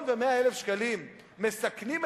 חברי